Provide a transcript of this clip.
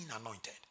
anointed